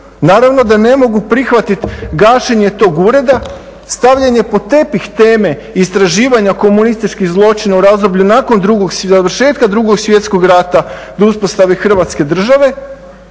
naravno da ne mogu prihvatiti gašenje tog ureda, stavljanje pod tepih teme istraživanja komunističkih zločina u razdoblju nakon završetka 2.svjetskog rata do uspostave Hrvatske države